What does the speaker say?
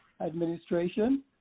administration